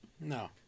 No